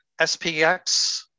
SPX